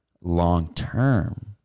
long-term